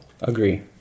Agree